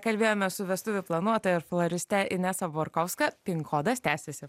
kalbėjome su vestuvių planuotoja ir floriste inesa borkovska pink kodas tęsiasi